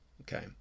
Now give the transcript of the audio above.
Okay